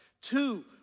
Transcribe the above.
Two